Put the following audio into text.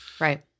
Right